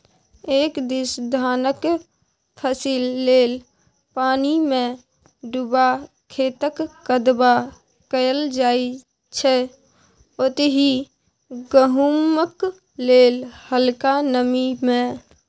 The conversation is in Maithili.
एक दिस धानक फसिल लेल पानिमे डुबा खेतक कदबा कएल जाइ छै ओतहि गहुँमक लेल हलका नमी मे